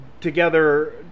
together